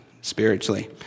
spiritually